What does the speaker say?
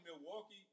Milwaukee